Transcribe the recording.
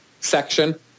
section